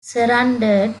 surrendered